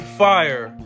fire